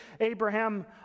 Abraham